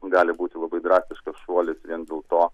gali būti labai drastiškas šuolis vien dėl to